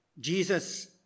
Jesus